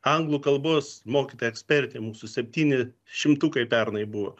anglų kalbos mokytoja ekspertė mūsų septyni šimtukai pernai buvo